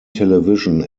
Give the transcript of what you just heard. television